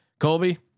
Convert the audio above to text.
Colby